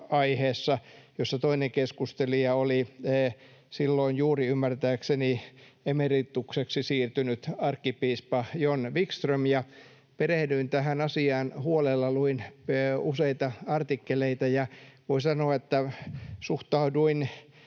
aiheessa, jossa toinen keskustelija oli silloin juuri ymmärtääkseni emeritukseksi siirtynyt arkkipiispa John Vikström, ja perehdyin tähän asiaan huolella ja luin useita artikkeleita, ja voi sanoa, että suhtauduin